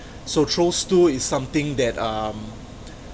so trolls two is something that um